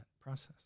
process